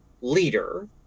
leader